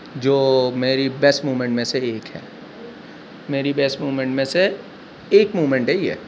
جو میری best moment میں سے ایک ہے میری بیسٹ موومنٹ میں سے ایک موومنٹ ہے یہ